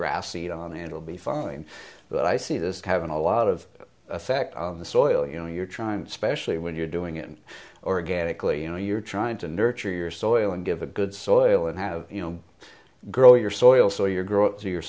grass seed on it'll be fine but i see this having a lot of effect on the soil you know you're trying to spend when you're doing it organically you know you're trying to nurture your soil and give a good soil and have you know grow your soil so your growth to your